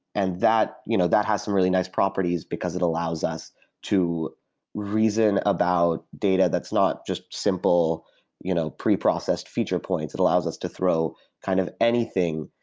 and that you know that has some really nice properties, because it allows us to reason about data that's not just simple you know preprocessed feature points. it allows us to throw kind of anything,